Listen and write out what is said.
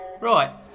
Right